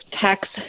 tax